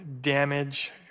damage